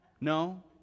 No